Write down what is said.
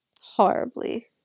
horribly